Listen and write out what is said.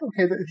okay